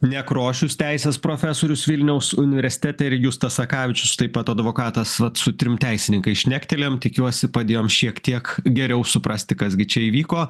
nekrošius teisės profesorius vilniaus universitete ir justas sakavičius taip pat advokatas vat su trim teisininkais šnektelėjom tikiuosi padėjom šiek tiek geriau suprasti kas gi čia įvyko